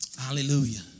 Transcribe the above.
Hallelujah